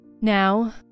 Now